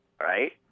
Right